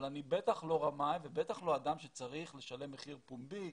אבל אני בטח לא רמאי ובטח לא אדם שצריך לשלם מחיר פומבי,